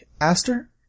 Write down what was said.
Aster